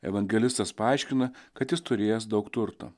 evangelistas paaiškina kad jis turėjęs daug turto